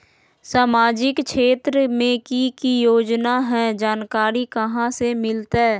सामाजिक क्षेत्र मे कि की योजना है जानकारी कहाँ से मिलतै?